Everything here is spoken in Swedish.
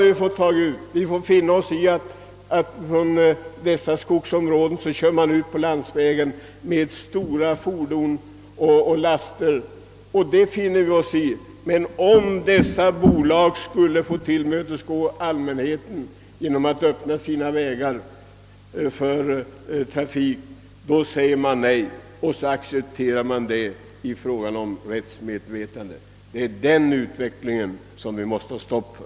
Vi får finna oss i att man från dessa skogsområden kör ut på landsvägen med stora fordon och stora laster. Det finner vi oss i. Men när man vill att dessa bolag skall öppna sina vägar för allmänheten, då säger vi nej och då reagerar inte vårt rättsmedvetande. Det är den utvecklingen vi måste sätta stopp för.